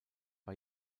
war